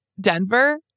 Denver